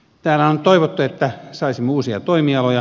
täällä on toivottu että saisimme uusia toimialoja